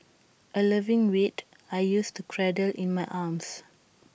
A loving weight I used to cradle in my arms